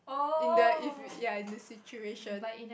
in the if ya in the situation